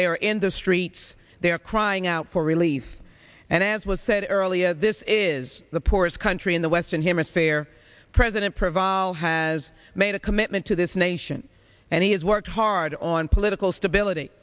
are in the streets they are crying out for relief and as was said earlier this is the poorest country in the western hemisphere president preval has made a commitment to this nation and he has worked hard on political stability